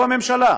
היא הממשלה,